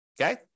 Okay